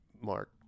Mark